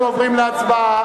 אנחנו עוברים להצבעה.